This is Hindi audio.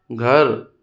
घर